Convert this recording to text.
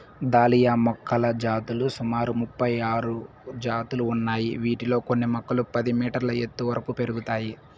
dahlia మొక్కల జాతులు సుమారు ముపై ఆరు జాతులు ఉన్నాయి, వీటిలో కొన్ని మొక్కలు పది మీటర్ల ఎత్తు వరకు పెరుగుతాయి